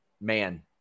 man